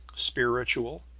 spiritual,